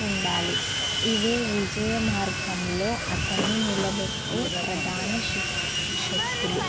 ఉండాలి ఇవే విజయ మార్గంలో అతన్ని నిలబెట్టే ప్రధాన శిక్షక్తులు